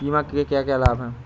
बीमा के क्या क्या लाभ हैं?